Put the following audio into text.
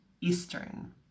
Eastern